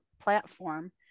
platform